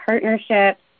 partnerships